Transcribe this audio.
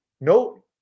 no